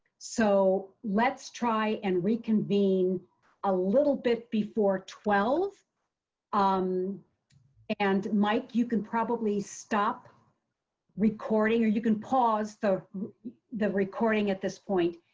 so let's try and reconvene a little bit before twelve um and mike, you can probably stop recording or you can pause the the recording at this point.